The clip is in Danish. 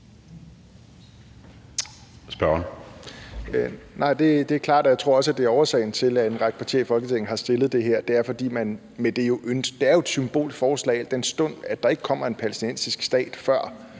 tror også, at det er årsagen til, at en række partier i Folketinget har fremsat det her. Det er jo et symbolforslag, al den stund at der ikke kommer en palæstinensisk stat, før,